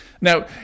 Now